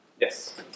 Yes